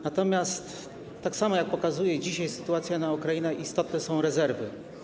Natomiast tak samo, jak pokazuje dzisiaj sytuacja na Ukrainie, istotne są rezerwy.